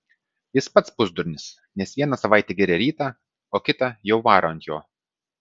jis pats pusdurnis nes vieną savaitę giria rytą o kitą jau varo ant jo